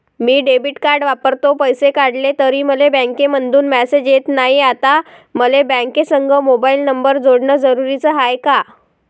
मी debit card वापरतो, पैसे काढले तरी मले बँकेमंधून मेसेज येत नाय, आता मले बँकेसंग मोबाईल नंबर जोडन जरुरीच हाय का?